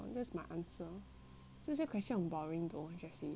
这些 question 很 boring though jessie